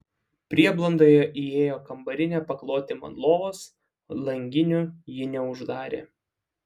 prieblandoje įėjo kambarinė pakloti man lovos langinių jį neuždarė